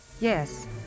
Yes